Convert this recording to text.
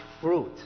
fruit